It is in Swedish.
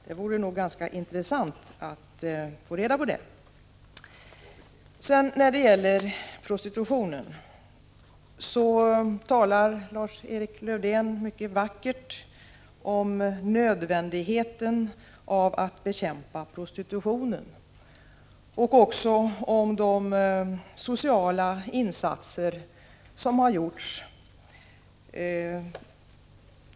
Det vore ganska intressant att få reda på det. Då det gäller prostitutionen talar Lars-Erik Lövdén mycket vackert om nödvändigheten av att bekämpa denna och om de sociala insatser som har gjorts.